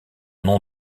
nom